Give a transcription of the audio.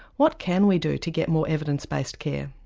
what can we do to get more evidence based care?